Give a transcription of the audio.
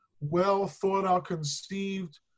well-thought-out-conceived